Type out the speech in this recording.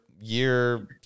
year